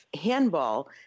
handball